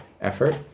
effort